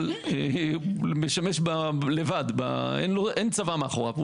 אבל משמש לבד, אין צבא מאחוריו.